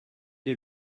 est